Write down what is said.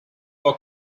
for